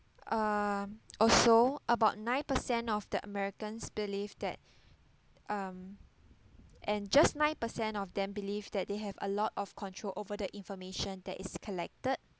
um also about nine percent of the americans believe that um and just nine percent of them believe that they have a lot of control over the information that is collected